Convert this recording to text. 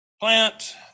plant